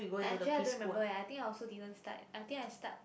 actually I don't remember eh I think I also didn't start I think I start